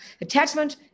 Attachment